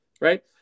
Right